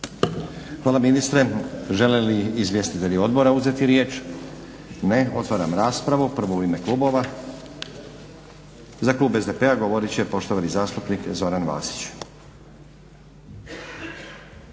Hvala ministre. Žele li izvjestitelji odbora uzeti riječ? Ne. Otvaram raspravu. Prvo u ime Klubova. Za Klub SDP-a govoriti će poštovani zastupnik Zoran Vasić.